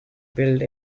build